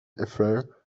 affair